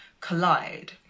collide